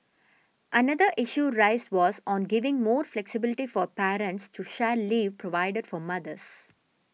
another issue raised was on giving more flexibility for parents to share leave provided for mothers